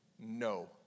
no